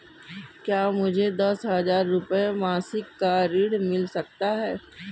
क्या मुझे दस हजार रुपये मासिक का ऋण मिल सकता है?